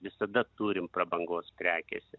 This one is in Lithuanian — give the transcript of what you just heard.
visada turim prabangos prekėse